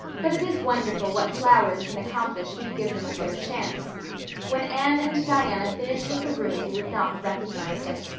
but it is wonderful what flowers can accomplish if you give them a fair chance when anne and diana finished with the room you would not have recognized it.